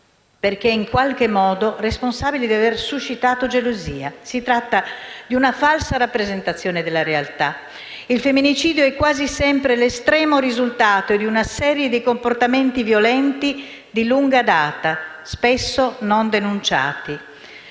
perché in qualche modo responsabile di avere suscitato la gelosia. Si tratta di una falsa rappresentazione della realtà. Il femminicidio è quasi sempre l'estremo risultato di una serie di comportamenti violenti di lunga data, spesso non denunciati.